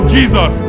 Jesus